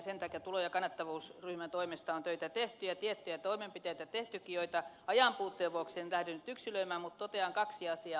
sen takia tulo ja kannattavuusryhmän toimesta on töitä tehty ja tiettyjä toimenpiteitä tehtykin joita ajanpuutteen vuoksi en lähde nyt yksilöimään mutta totean kaksi asiaa